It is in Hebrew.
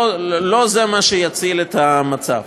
לא זה מה שיציל את המצב.